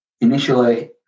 initially –